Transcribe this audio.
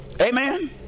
Amen